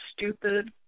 stupid